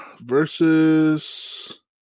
versus